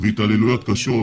ועוברות התעללויות קשות